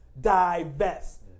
divest